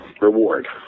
reward